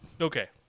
Okay